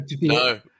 no